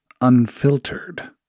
unfiltered